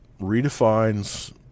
redefines